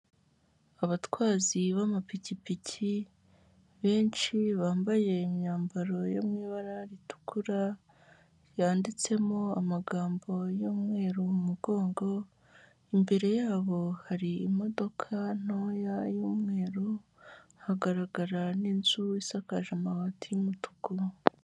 Abatwazi b'amapikipiki benshi bambaye imyambaro yo mu ibara ritukura, yanditsemo amagambo y'umweru mu mugongo, imbere yabo hari imodoka ntoya y'umweru, hagaragara n'inzu isakaje amabati y'umutuku.